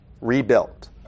rebuilt